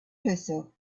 herself